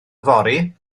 yfory